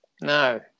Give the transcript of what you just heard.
no